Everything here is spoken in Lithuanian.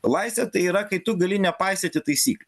laisvė tai yra kai tu gali nepaisyti taisyklių